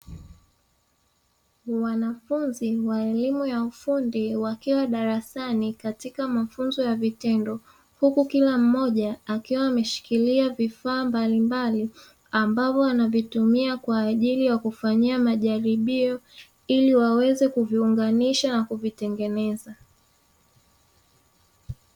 Wanafunzi wa elimu ya ufundi wakiwa darasani katika mafunzo ya vitendo, huku kila mmoja akiwa ameshikilia vifaa mbalimbali ambavyo wanavitumia kwaajili ya kufanyia majaribio ili waweze kuviunganisha na kuvitengeneza.